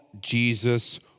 Jesus